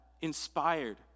inspired